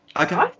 Okay